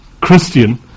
Christian